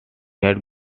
had